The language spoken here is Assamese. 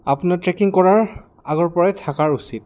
আপোনাৰ ট্ৰেকিং কৰাৰ আগৰপৰাই থকাৰ উচিত